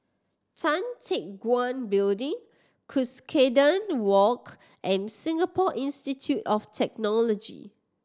Tan Teck Guan Building Cuscaden Walk and Singapore Institute of Technology